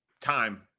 time